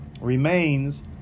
remains